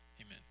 Amen